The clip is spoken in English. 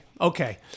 Okay